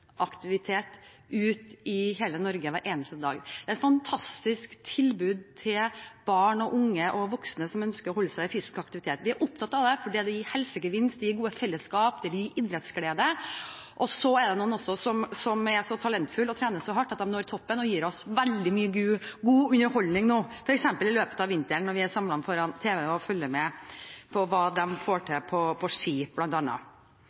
i hele Norge hver eneste dag. Det er et fantastisk tilbud til barn og unge og voksne som ønsker å holde seg i fysisk aktivitet. De er opptatt av det fordi det gir helsegevinst, det gir gode felleskap, og det gir idrettsglede. Det er også noen som er så talentfulle og trener så hardt at de når toppen og gir oss veldig mye god underholdning, f.eks. i løpet av vinteren når vi er samlet foran tv-en og følger med på hva de får